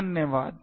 धन्यवाद